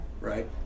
right